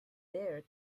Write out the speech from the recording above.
their